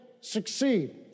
succeed